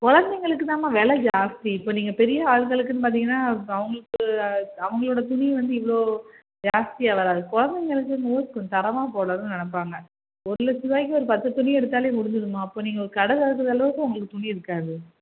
குழந்தைகளுக்கு தானம்மா விலை ஜாஸ்தி இப்போ நீங்கள் பெரிய ஆளுகளுக்குன்னு பார்த்தீங்கன்னா அவர்களுக்கு அவர்களோட துணி வந்து இவ்வளோ ஜாஸ்தியாக வராது குழந்தைகளுக்கு நூல் கொஞ்சம் தரமாக போடணும்னு நினப்பாங்க ஒரு லட்சம் ரூபாய்க்கு ஒரு பத்து துணி எடுத்தாலே முடிஞ்சுரும்மா அப்போது நீங்கள் ஒரு கடை திறக்குற அளவுக்கு உங்களுக்கு துணி இருக்காது